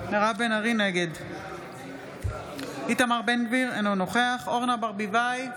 נגד איתמר בן גביר, אינו נוכח אורנה ברביבאי,